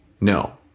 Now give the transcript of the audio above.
No